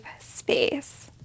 space